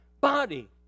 body